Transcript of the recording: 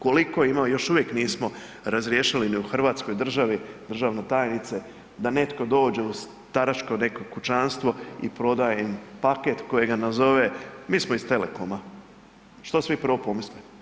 Koliko ima, još uvijek nismo razriješili ni u Hrvatskoj državi, državna tajnice, da netko dođe u staračko neko kućanstvo i prodaje im paket kojega nazove mi smo iz Telekoma, što svi prvo pomisle?